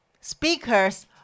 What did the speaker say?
speakers